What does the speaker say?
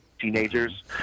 teenagers